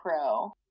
pro